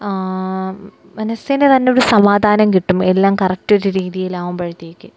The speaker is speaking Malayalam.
മനസ്സിന് തന്നെയൊരു സമാധാനം കിട്ടും എല്ലാം കറക്റ്റ് ഒരു രീതിയിലാകുമ്പോഴത്തേക്ക്